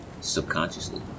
subconsciously